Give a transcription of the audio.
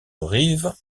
rives